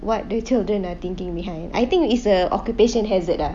what the children are thinking behind I think it's a occupation hazard ah